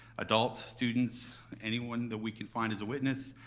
adults, students, anyone that we can find as a witness.